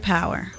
Power